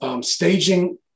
staging